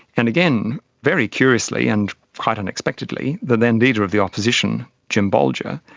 and again, very curiously and quite unexpectedly, the then leader of the opposition, jim bolger,